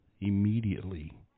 immediately